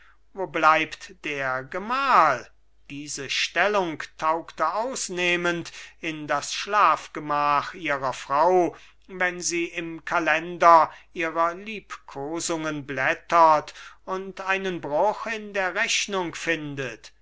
wo bleibt der gemahl diese stellung taugte ausnehmend in das schlafgemach ihrer frau wenn sie im kalender ihrer liebkosungen blättert und einen bruch in der rechnung findet